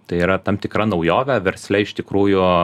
tai yra tam tikra naujovė versle iš tikrųjų